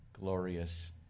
glorious